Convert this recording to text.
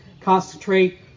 concentrate